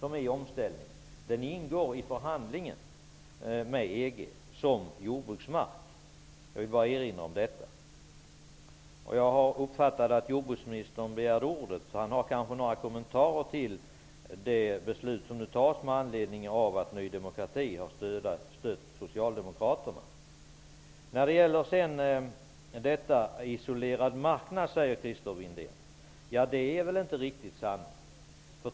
Omställningsarealen ingår i förhandlingarna med EG som jordbruksmark. Jag vill bara erinra om detta. Jag har uppfattat att jordbruksministern har begärt ordet. Han har kanske några kommentarer till det beslut som nu skall fattas med anledning av att Ny demokrati har stött Socialdemokraterna. Christer Windén talar vidare om en isolerad marknad. Det är väl inte riktigt sant?